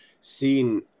seen